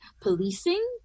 policing